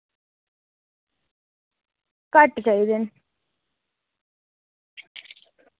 घट्ट चाहिदे न